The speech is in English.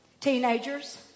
teenagers